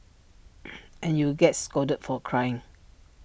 and you would get scolded for crying